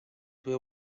were